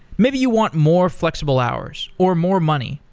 maybe you want more flexible hours, or more money,